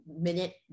minute